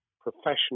professional